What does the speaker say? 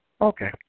Okay